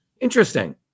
interesting